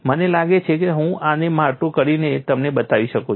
મને લાગે છે કે હું આને મોટું કરીને તમને બતાવી શકું છું